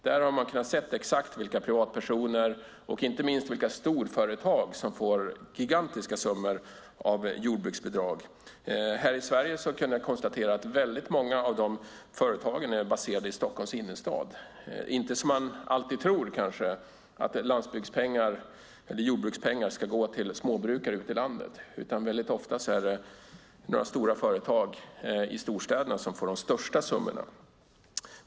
Där har man kunnat se exakt vilka privatpersoner och inte minst vilka storföretag som får gigantiska summor i jordbruksbidrag. Här i Sverige kunde jag konstatera att väldigt många av de företagen är baserade i Stockholms innerstad. Det är inte som man nog ofta tror, att jordbrukspengar går till småbrukare ute i landet. Väldigt ofta är det i stället företag i storstäderna som får de största summorna.